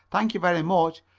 thank you very much,